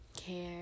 care